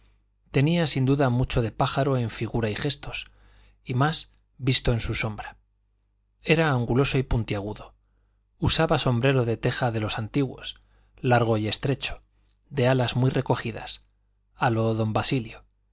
tenía sin duda mucho de pájaro en figura y gestos y más visto en su sombra era anguloso y puntiagudo usaba sombrero de teja de los antiguos largo y estrecho de alas muy recogidas a lo don basilio